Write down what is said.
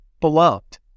beloved